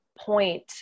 point